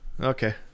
okay